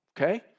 okay